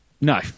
No